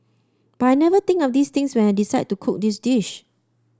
but I never think of these things when I decide to cook this dish